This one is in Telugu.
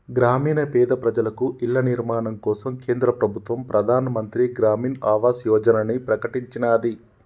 గ్రామీణ పేద ప్రజలకు ఇళ్ల నిర్మాణం కోసం కేంద్ర ప్రభుత్వం ప్రధాన్ మంత్రి గ్రామీన్ ఆవాస్ యోజనని ప్రకటించినాది